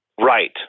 right